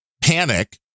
panic